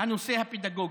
הנושא הפדגוגי.